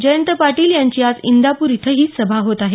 जयंत पाटील यांची आज इंदापूर इथंही सभा होत आहे